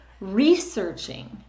researching